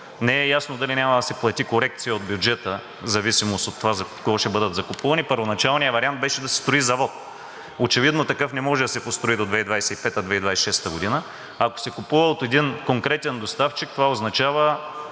Не е ясно дали няма да се плати корекция от бюджета, в зависимост от това за какво ще бъдат закупувани? Първоначалният вариант беше да се строи завод. Очевидно такъв не може да се построи до 2025 – 2026 г. Ако се купува от един конкретен доставчик, това означава